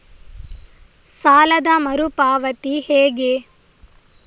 ಸಾಲದ ಮರು ಪಾವತಿ ಹೇಗೆ?